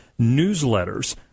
newsletters